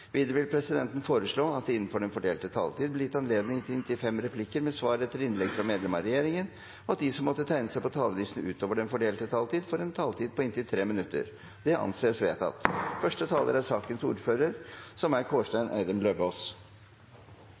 vil videre foreslå at det – innenfor den fordelte taletid – blir gitt anledning til inntil fem replikker med svar etter innlegg fra medlem av regjeringen, og at de som måtte tegne seg på talerlisten utover den fordelte taletid, får en taletid på inntil 3 minutter. – Dette anses vedtatt.